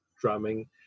drumming